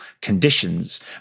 conditions